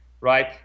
right